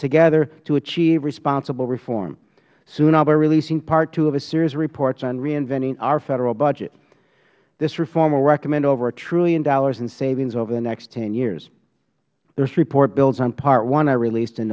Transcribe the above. together to achieve responsible reform soon i will be releasing part two of a series of reports on reinventing our federal budget this reform will recommend over a trillion dollars in savings over the next ten years this report builds on part one i released in